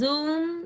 Zoom